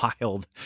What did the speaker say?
wild